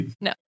No